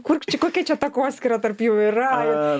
kur čia kokia čia takoskyra tarp jų yra